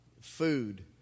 food